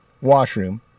washroom